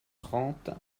trente